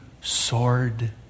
sword